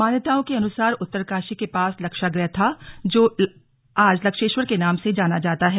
मान्यताओं के अनुसार उत्तरकाशी के पास लक्षागृह था जो आज लक्षेश्वर के नाम से जाना जाता है